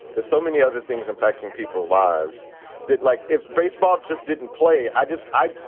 there's so many other things impacting people's lives that like if baseball just didn't play, i just i,